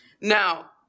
Now